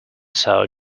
sour